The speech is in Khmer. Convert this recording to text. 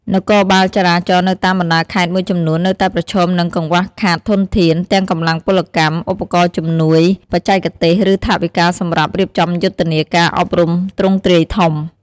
នគរបាលចរាចរណ៍នៅតាមបណ្ដាខេត្តមួយចំនួននៅតែប្រឈមនឹង កង្វះខាតធនធាន ទាំងកម្លាំងពលកម្ម ឧបករណ៍ជំនួយបច្ចេកទេស ឬថវិកាសម្រាប់រៀបចំយុទ្ធនាការអប់រំទ្រង់ទ្រាយធំ។